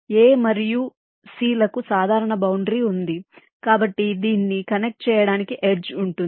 A మరియు C లకు సాధారణ బౌండరీ ఉంది కాబట్టి దీన్ని కనెక్ట్ చేయడానికి ఎడ్జ్ ఉంటుంది